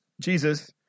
Jesus